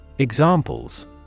Examples